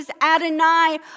Adonai